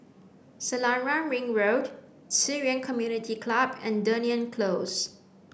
Selarang Ring Road Ci Yuan Community Club and Dunearn Close